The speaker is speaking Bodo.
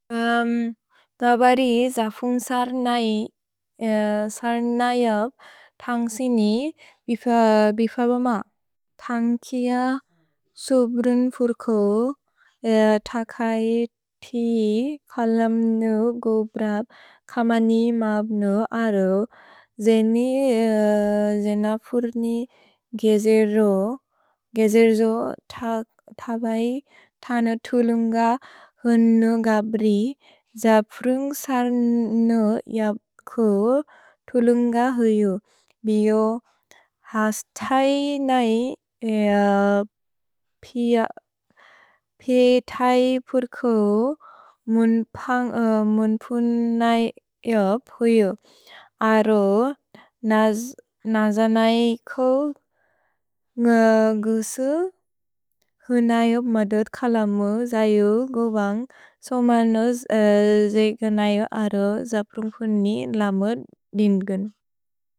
दबरि जफुन् सर्नयप् थन्ग् सिनि बिफबम। थन्ग् किअ सुब्रुन् फुर्कु तकय् ति कलम्नु गोब्रब् खमनि मब्नु अरो। जेनि जेनपुर्नि गेजेर्रो, गेजेर्रो तबय् थन तुलुन्ग हुनु गब्रि। दबुरुन्ग् सर्नयप् कु तुलुन्ग हुयु। भियो हस् तय् नै पिअ तय् पुर्कु मुन्पुन् नयप् हुयु। अरो नजनय् को न्ग गुसु हुनयप् मदद् कलमु जयु गोबन्ग्। सोमल् नुज् जे गेनयु अरो जप्रुन्कुन् नि लमुद् दिन् गुन्।